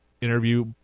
interview